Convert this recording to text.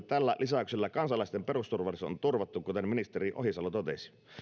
tällä lisäyksellä kansalaisten perusturvallisuus on turvattu kuten ministeri ohisalo totesi